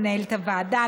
מנהלת הוועדה,